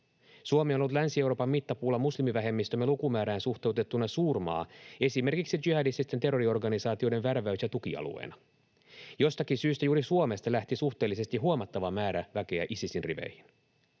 Suomi on ollut Länsi-Euroopan mittapuulla muslimivähemmistömme lukumäärään suhteutettuna suurmaa esimerkiksi jihadististen terroriorganisaatioiden värväys- ja tukialueena. Jostakin syystä juuri Suomesta lähti suhteellisesti huomattava määrä väkeä Isisin riveihin.